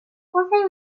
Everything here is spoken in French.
conseil